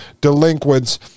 delinquents